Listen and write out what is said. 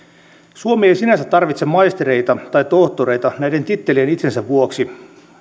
suomi ei sinänsä tarvitse maistereita tai tohtoreita näiden titteleiden itsensä vuoksi